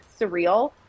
surreal